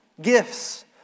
gifts